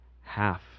half